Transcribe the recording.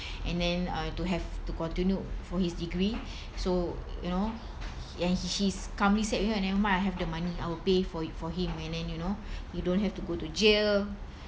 and then uh to have to continue for his degree so you know and he's calmly said ya never mind I have the money I will pay for for him and then you know you don't have to go to jail